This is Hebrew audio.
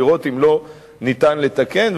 ולראות אם אין אפשרות לתקן.